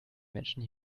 menschen